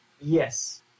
Yes